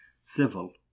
Civil